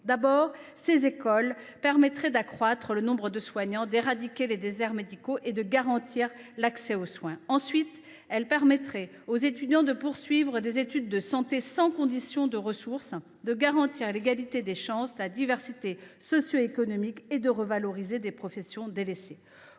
d’abord, ces écoles permettraient d’accroître le nombre de soignants, d’éradiquer les déserts médicaux et de garantir l’accès aux soins. Ensuite, elles permettraient aux étudiants de poursuivre des études de santé sans condition de ressources, de garantir l’égalité des chances et la diversité socio économique et de revaloriser des professions délaissées.